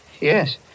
yes